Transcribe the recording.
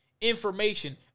information